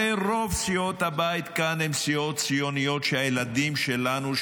הרי רוב סיעות הבית כאן הן סיעות ציוניות שהילדים שלנו,